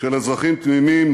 של אזרחים תמימים